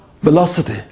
velocity